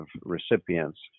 recipients